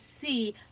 see